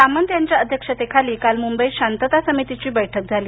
सामंत यांच्या अध्यक्षतेखाली काल मुंबईत शांतता समितीची बैठक झाली